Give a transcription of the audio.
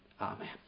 Amen